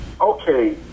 okay